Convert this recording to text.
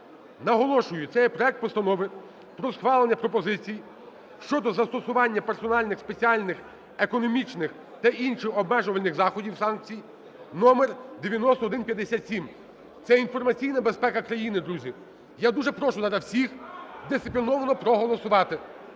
Наголошую: це є проект Постанови про схвалення пропозицій щодо застосування персональних спеціальних економічних та інших обмежувальних заходів (санкцій) (№9157). Це – інформаційна безпека країни, друзі. Я дуже прошу всіх дисципліновано проголосувати.